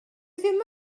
ddim